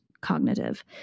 cognitive